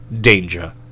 Danger